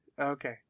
Okay